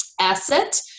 asset